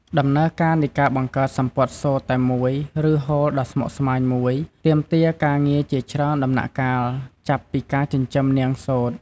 ដំណើរការនៃការបង្កើតសំពត់សូត្រតែមួយ ឬហូលដ៏ស្មុគស្មាញមួយ ទាមទារការងារជាច្រើនដំណាក់កាល ចាប់ពីការចិញ្ចឹមនាងសូត្រ។